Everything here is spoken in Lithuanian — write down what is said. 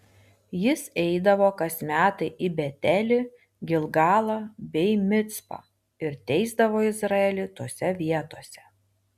jis eidavo kas metai į betelį gilgalą bei micpą ir teisdavo izraelį tose vietose